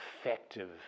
effective